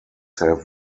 have